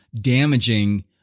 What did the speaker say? damaging